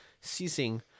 ceasing